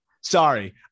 Sorry